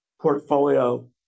portfolio